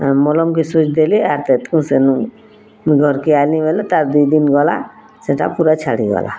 ମଲମ୍ କେ ଦେଲି ଆର୍ ସେନୁ ମୁଇଁ ଘର୍ କେ ଆଇଲି ବୋଲେ ତାର୍ ଦୁଇ ଦିନି ଗଲା ସେଇଟା ପୁରା ଛାଡ଼ି ଗଲା